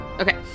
Okay